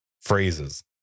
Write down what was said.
phrases